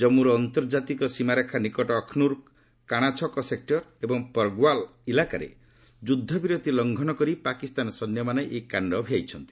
କମ୍ମୁର ଆନ୍ତର୍ଜାତିକ ସୀମାରେଖା ନିକଟ ଅଖନୁରର କାଣାଛକ ସେକ୍ଟର ଏବଂ ପର୍ଗ୍ୱାଲ୍ ଇଲାକାରେ ଅସ୍ତ୍ରବିରତି ଉଲ୍ଲଙ୍ଘନ କରି ପାକ୍ ସୈନ୍ୟମାନେ ଏହି କାଣ୍ଡ ଭିଆଇଛନ୍ତି